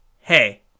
hey